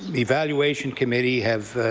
evaluation committee have